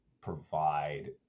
provide